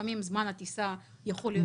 לפעמים זמן הטיסה יכול להיות ארוך